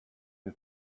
you